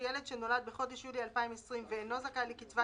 ש"}ילד שנולד בחודש יולי 2020 ואינו זכאי לקצבת